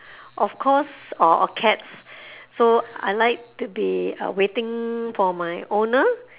of course or or cat so I like to be waiting for my owner